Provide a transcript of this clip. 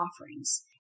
offerings